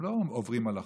הם לא עוברים על החוק.